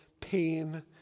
pain